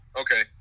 Okay